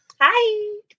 Hi